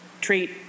treat